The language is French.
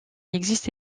existe